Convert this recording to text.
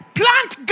plant